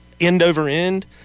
end-over-end